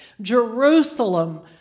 Jerusalem